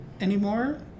anymore